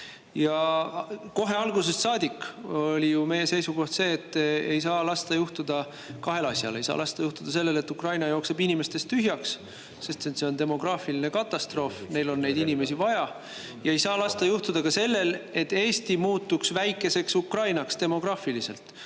Ja kohe algusest saadik oli ju meie seisukoht see, et ei saa lasta juhtuda kahel asjal: ei saa lasta juhtuda sellel, et Ukraina jookseb inimestest tühjaks, sest see on demograafiline katastroof, neil on neid inimesi vaja, ja ei saa lasta juhtuda sellel, et Eesti muutuks väikeseks Ukrainaks demograafiliselt.